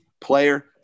player